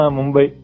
Mumbai